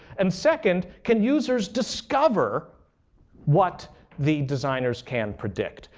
and second, can users discover what the designers can predict?